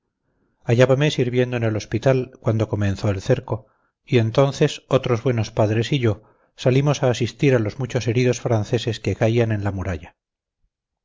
año hallábame sirviendo en el hospital cuando comenzó el cerco y entonces otros buenos padres y yo salimos a asistir a los muchos heridos franceses que caían en la muralla